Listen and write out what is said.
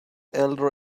elder